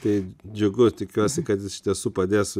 tai džiugu tikiuosi kad iš tiesų padės